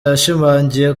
yashimangiye